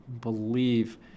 believe